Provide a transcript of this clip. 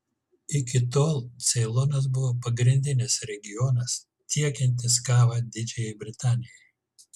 iki tol ceilonas buvo pagrindinis regionas tiekiantis kavą didžiajai britanijai